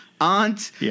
Aunt